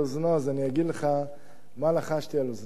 אז אני אגיד לך מה לחשתי על אוזנו.